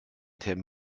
term